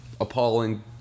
appalling